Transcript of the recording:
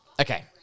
okay